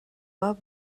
doit